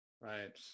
Right